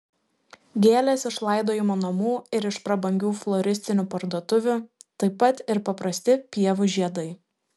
gėlės iš laidojimo namų ir iš prabangių floristinių parduotuvių taip pat ir paprasti pievų žiedai